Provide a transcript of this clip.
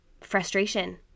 frustration